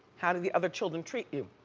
how do the other children treat you?